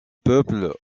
peuple